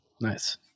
Nice